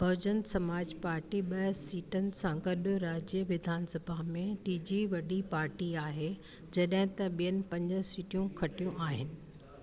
बहुजन Samaj party ॿ सीटनि सां गॾु राज्य विधानसभा में टीजी वॾी पाटी आहे जॾहिं त ॿियनि पंज सीटूं खटियूं आहिनि